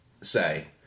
say